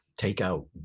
takeout